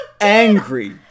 angry